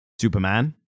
Superman